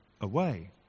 away